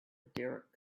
derek